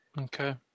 Okay